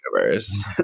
universe